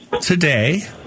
Today